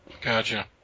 Gotcha